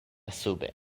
sube